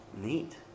neat